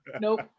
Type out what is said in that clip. Nope